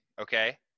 okay